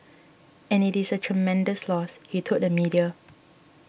and it is a tremendous loss he told the media